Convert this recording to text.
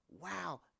wow